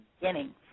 beginning